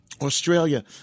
Australia